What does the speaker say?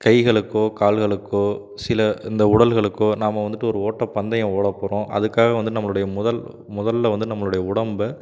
கைகளுக்கோ கால்களுக்கோ சில இந்த உடல்களுக்கோ நாம வந்துட்டு ஒரு ஓட்டப் பந்தயம் ஓடப் போகிறோம் அதுக்காக வந்துட்டு நம்மளுடைய முதல் முதல்ல வந்து நம்மளுடைய உடம்பை